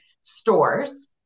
stores